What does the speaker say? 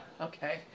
Okay